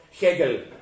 Hegel